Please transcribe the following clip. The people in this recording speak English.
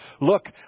Look